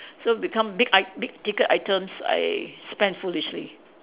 so become big I big ticket items I spend foolishly